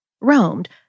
roamed